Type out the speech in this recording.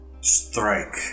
strike